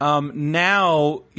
now